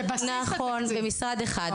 באחריות של משרד אחד.